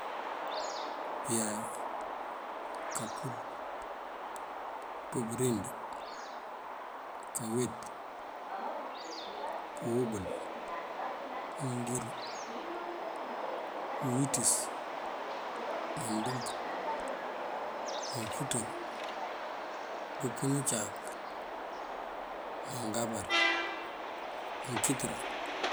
Biyáay, kapύul, pubёrind, kaweet, pёwёbёl, mёngur, bёwiţёs, mandúunk, manfuţar, pёpёn ucáak, mangámbar, mёnkitёrá.